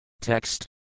TEXT